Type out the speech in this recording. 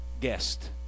guest